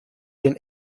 den